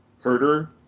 Herder